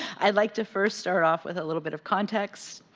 i'd like to first start off with a little bit of context.